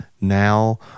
now